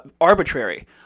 arbitrary